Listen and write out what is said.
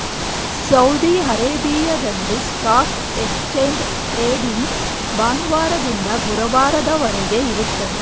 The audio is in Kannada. ಸೌದಿ ಅರೇಬಿಯಾದಲ್ಲಿ ಸ್ಟಾಕ್ ಎಕ್ಸ್ಚೇಂಜ್ ಟ್ರೇಡಿಂಗ್ ಭಾನುವಾರದಿಂದ ಗುರುವಾರದವರೆಗೆ ಇರುತ್ತದೆ